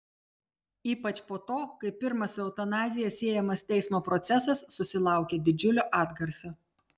ypač po to kai pirmas su eutanazija siejamas teismo procesas susilaukė didžiulio atgarsio